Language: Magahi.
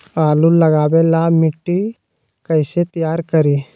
आलु लगावे ला मिट्टी कैसे तैयार करी?